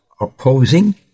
opposing